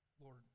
Lord